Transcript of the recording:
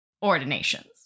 ordinations